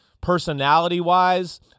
personality-wise